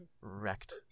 wrecked